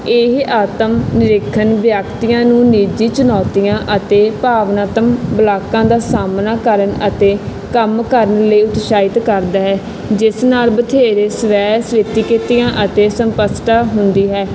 ਇਹ ਆਤਮ ਨਿਰੀਖਣ ਵਿਅਕਤੀਆਂ ਨੂੰ ਨਿੱਜੀ ਚੁਣੌਤੀਆਂ ਅਤੇ ਭਾਵਨਾਤਮਕ ਬਲਾਕਾਂ ਦਾ ਸਾਹਮਣਾ ਕਰਨ ਅਤੇ ਕੰਮ ਕਰਨ ਲਈ ਉਤਸ਼ਾਹਿਤ ਕਰਦਾ ਹੈ ਜਿਸ ਨਾਲ ਬਥੇਰੇ ਸਵੈ ਸਵਿਤੀ ਕੇਤੀਆਂ ਅਤੇ ਸਪੱਸ਼ਟਤਾ ਹੁੰਦੀ ਹੈ